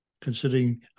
considering